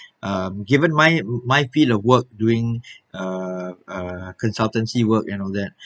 um given my my field of work doing uh uh consultancy work and all that